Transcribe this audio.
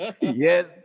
Yes